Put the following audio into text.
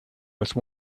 with